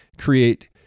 create